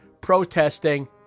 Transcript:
protesting